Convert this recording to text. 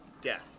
Death